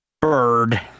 Bird